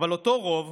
אבל אותו רוב